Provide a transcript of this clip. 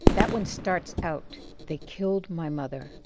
that one starts out they killed my mother.